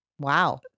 Wow